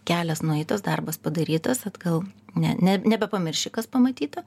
kelias nueitas darbas padarytas atgal ne nebe pamirši kas pamatyta